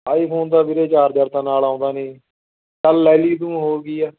iPhone ਤਾਂ ਵੀਰੇ charger ਤਾਂ ਨਾਲ ਆਉਂਦਾ ਨਹੀਂ ਚੱਲ ਲੈ ਲਈ ਤੂੰ ਹੋਰ ਕੀ ਆ